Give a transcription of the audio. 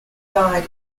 died